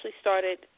started